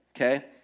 Okay